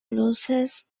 loses